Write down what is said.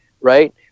right